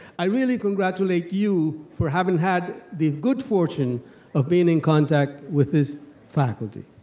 i really congratulate you for having had the good fortune of being in contact with this faculty.